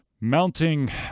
mounting